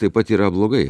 taip pat yra blogai